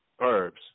herbs